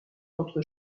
entre